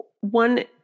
one